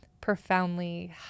profoundly